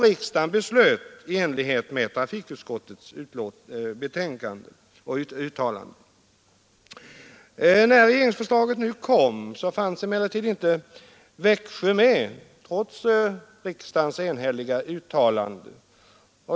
Riksdagen beslöt i enlighet med trafikutskottets betänkande och uttalande. När regeringsförslaget kom fanns emellertid inte Växjö med, trots riksdagens enhälliga uttalande.